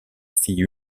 fille